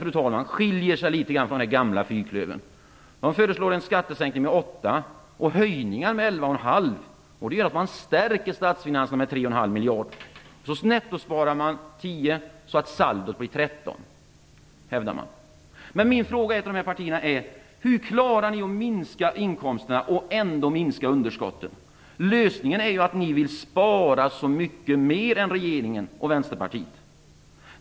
Centern skiljer sig litet grand från den gamla fyrklövern. De föreslår en skattesänkning med 8 miljarder och höjningar med 11,5. Det gör att man stärker statsfinanserna med 3,5 miljarder. Man nettosparar 10 så att saldot blir 13 hävdar man. Min fråga till dessa partier är: Hur klarar ni att minska inkomsterna och ändå minska underskotten? Lösningen är ju att ni vill spara så mycket mer än regeringen och Vänsterpartiet.